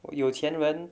有钱人